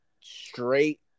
straight